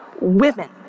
women